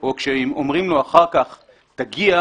או כשאומרים לו אחר כך: תגיע,